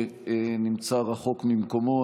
שנמצא רחוק ממקומו,